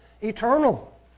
eternal